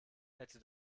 hätte